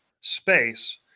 space